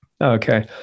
okay